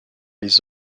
les